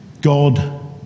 God